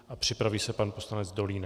A připraví se pan poslanec Dolínek.